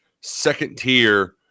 second-tier